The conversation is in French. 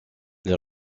les